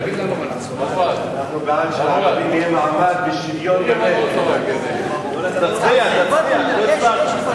לדיון מוקדם בוועדה שתקבע ועדת הכנסת נתקבלה.